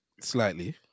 slightly